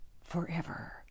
forever